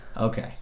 Okay